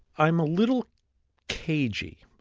i'm a little cagey.